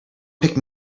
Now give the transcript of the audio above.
pick